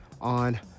on